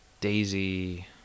Daisy